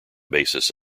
basis